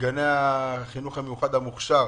גני החינוך המיוחד המוכש"ר.